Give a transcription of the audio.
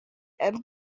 and